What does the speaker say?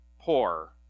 poor